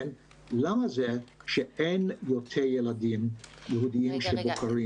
למה זה שאין יותר ילדים יהודים שבוחרים ללמוד בבית ספר יהודי?